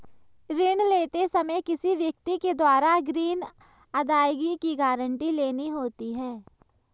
ऋण लेते समय किसी व्यक्ति के द्वारा ग्रीन अदायगी की गारंटी लेनी होती है